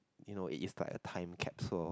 you know it is like a time capsule